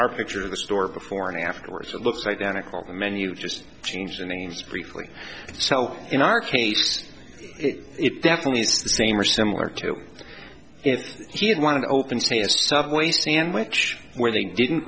or picture of the store before and afterwards it looks identical menus just change the names briefly so in our case it definitely is the same or similar to if she had won an open space subway sandwich where they didn't